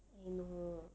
I know